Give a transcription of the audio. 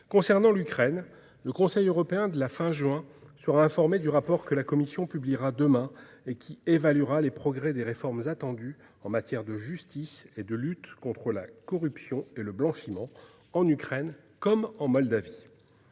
Concernant l'Ukraine, le Conseil européen de la fin juin sera informé du rapport que la Commission publiera demain et qui évaluera les progrès des réformes attendues en matière de justice et de lutte contre la corruption et le blanchiment, en Ukraine comme en Moldavie.